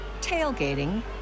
tailgating